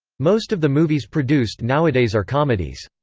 most of the movies produced nowadays are comedies.